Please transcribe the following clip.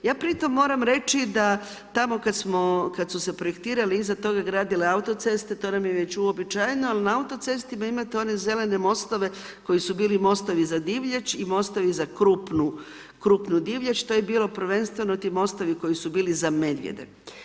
Ja pritom moram reći da tamo kada su se projektirali i iza toga gradile autoceste, to nam je već uobičajeno, ali na autocesti imate one zelene mostove, koji su bili mostovi za divljač i mostovi za krupniju divljač, to je bilo prvenstveno ti mostovi koji su bili za medvjede.